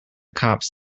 cops